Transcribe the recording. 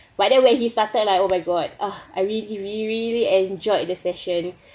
but then when he started like oh my god uh I really really enjoyed the session